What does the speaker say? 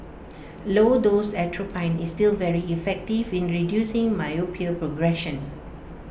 low dose atropine is still very effective in reducing myopia progression